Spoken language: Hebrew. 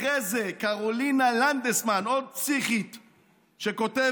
אחרי זה קרולינה לנדסמן, עוד פסיכית שכותבת: